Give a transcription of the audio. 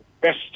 best